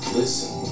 listen